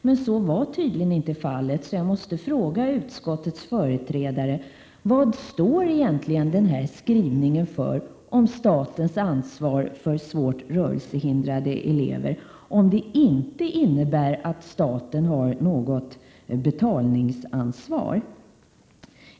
Men så var tydligen inte fallet. Jag måste därför fråga utskottsmajoritetens företrädare: Vad står egentligen denna skrivning om statens ansvar för svårt rörelsehindrade elever för, om den inte innebär att staten har något betalningsansvar?